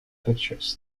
pictures